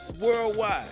worldwide